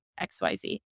XYZ